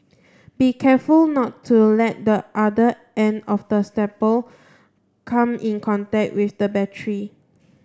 be careful not to let the other end of the staple come in contact with the battery